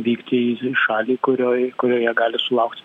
vykti į šalį kurioj kurioje gali sulaukt